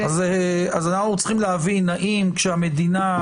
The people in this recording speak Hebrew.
אנחנו צריכים להבין האם כשהמדינה,